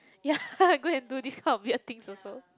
ya go and do this kind of weird things also